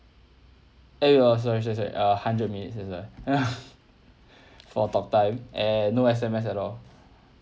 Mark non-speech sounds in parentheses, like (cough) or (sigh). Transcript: !aiyo! sorry sorry sorry err hundred minutes that's what (laughs) for talk time and no S_M_S at all